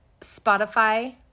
Spotify